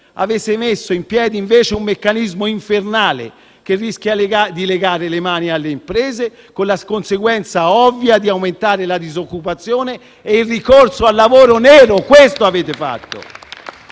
Avete messo in piedi, invece, un meccanismo infernale che rischia di legare le mani alle imprese, con la conseguenza ovvia di aumentare la disoccupazione e il ricorso al lavoro nero: questo avete fatto.